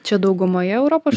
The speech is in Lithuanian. čia daugumoje europos